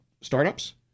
startups